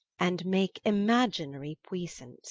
and make imaginarie puissance.